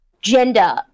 gender